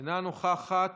אינה נוכחת,